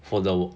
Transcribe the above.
for the